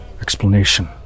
Explanation